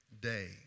day